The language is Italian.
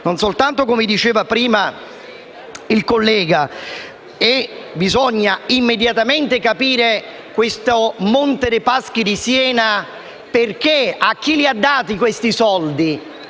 non soltanto nel senso indicato dal collega: bisogna immediatamente capire questo Monte dei Paschi di Siena perché e a chi ha dato questi soldi.